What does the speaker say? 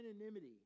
anonymity